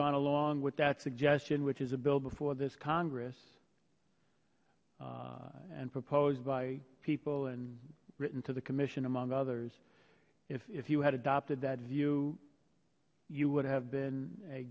gone along with that suggestion which is a bill before this congress and proposed by people and written to the commission among others if you had adopted that view you would have been a